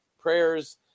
prayers